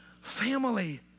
family